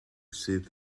sydd